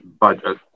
budget